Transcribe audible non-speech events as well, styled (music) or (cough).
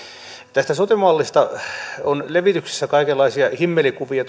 tästä sote mallista on tuolla internetissä levityksessä kaikenlaisia himmelikuvia (unintelligible)